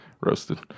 Roasted